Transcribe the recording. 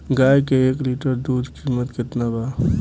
गाय के एक लीटर दूध कीमत केतना बा?